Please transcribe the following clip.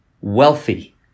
wealthy